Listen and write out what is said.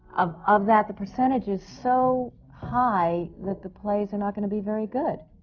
of of that, the percentage is so high that the plays are not going to be very good.